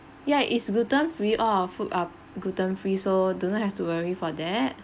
ya it's gluten free all our food are gluten free so do not have to worry for that